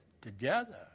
together